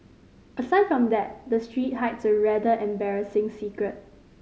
aside from that the street hides a rather embarrassing secret